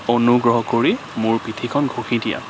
অনুগ্ৰহ কৰি মোৰ পিঠিখন ঘঁহি দিয়া